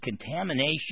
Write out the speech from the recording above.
contamination